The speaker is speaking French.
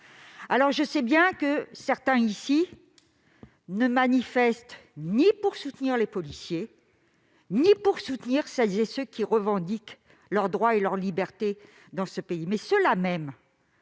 pays. Je sais bien que certains ici ne manifestent ni pour soutenir les policiers ni pour défendre celles et ceux qui revendiquent leurs droits et leurs libertés dans ce pays. Frappés